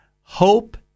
Hope